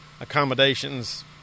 accommodations